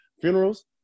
Funerals